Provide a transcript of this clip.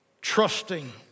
trusting